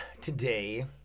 today